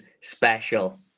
special